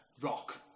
Rock